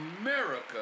America